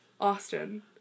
Austin